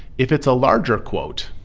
if it's a larger quote,